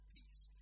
peace